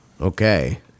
Okay